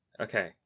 Okay